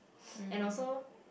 and also